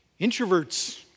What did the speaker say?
Introverts